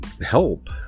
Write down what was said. help